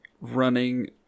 running